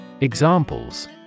Examples